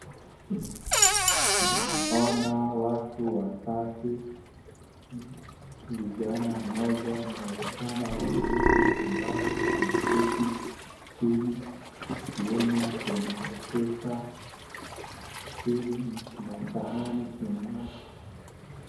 Naona watu watatu, vijana mmoja na wasichana wawili ambao wameketi chini. Nyuma kuna ukuta. Chini kuna sahani chenye.